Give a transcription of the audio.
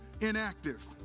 inactive